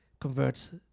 converts